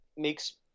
makes